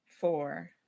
four